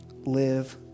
live